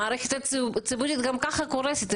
המערכת הציבורית גם ככה קורסת.